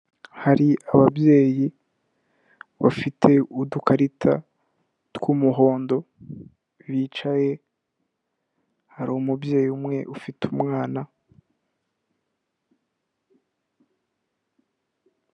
Hari ababyeyi bafite udukarita tw'umuhondo bicaye, hari umubyeyi umwe ufite umwana.